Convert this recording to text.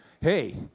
hey